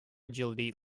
agility